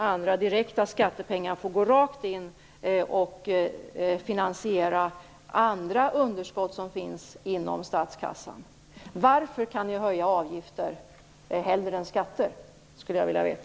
Andra direkta skattepengar får gå rakt in och finansiera andra underskott som finns inom statskassan. Varför höjer ni avgifter hellre än skatter? Det skulle jag vilja veta.